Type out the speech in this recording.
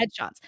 headshots